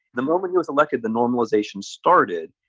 the moment he was elected, the normalization started.